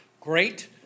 great